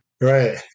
right